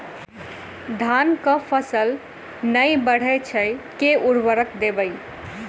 धान कऽ फसल नै बढ़य छै केँ उर्वरक देबै?